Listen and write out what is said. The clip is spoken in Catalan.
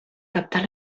captar